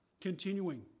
Continuing